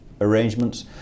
arrangements